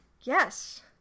Yes